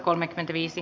puhemies